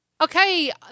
Okay